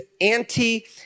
anti